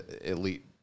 elite